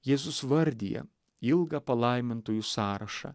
jėzus vardija ilgą palaimintųjų sąrašą